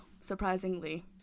surprisingly